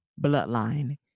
bloodline